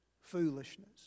foolishness